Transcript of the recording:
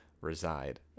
reside